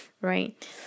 right